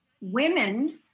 women